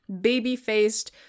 baby-faced